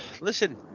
listen